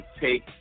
take